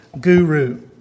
guru